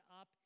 up